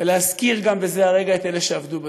ולהזכיר בזה הרגע גם את אלה שאבדו בדרך,